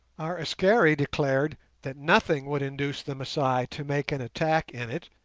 our askari declared that nothing would induce the masai to make an attack in it,